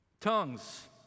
Tongues